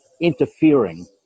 interfering